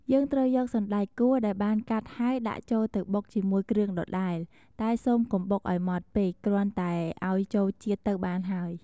យើងត្រូវយកសណ្ដែកគួរ ដែលបានកាត់ហើយដាក់ចូលទៅបុកជាមួយគ្រឿងដដែល តែសូមកុំបុកឱ្យម៉ដ្ឋពេក គ្រាន់តែឱ្យចូលជាតិទៅបានហើយ។